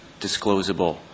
disclosable